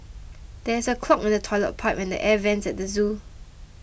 there is a clog in the Toilet Pipe and the Air Vents at the zoo